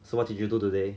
so what did you do today